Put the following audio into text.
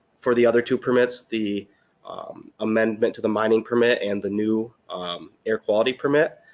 for the other two permits, the amendment to the mining permit and the new air quality permit,